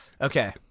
Okay